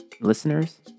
listeners